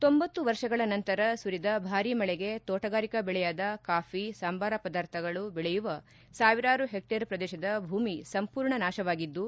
ತೊಂಭತ್ತು ವರ್ಷಗಳ ನಂತರ ಸುರಿದ ಭಾರೀ ಮಳೆಗೆ ತೋಟಗಾರಿಕಾ ಬೆಳೆಯಾದ ಕಾಫಿ ಸಾಂಬಾರ ಪದಾರ್ಥಗಳು ಬೆಳೆಯುವ ಸಾವಿರಾರು ಹೆಕ್ಷೇರ್ ಪ್ರದೇಶದ ಭೂಮಿ ಸಂಪೂರ್ಣ ನಾಶವಾಗಿದ್ದು